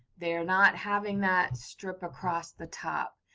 they are not having that strip across the top.